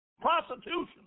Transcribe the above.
Prostitution